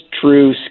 true